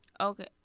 Okay